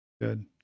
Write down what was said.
good